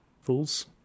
fools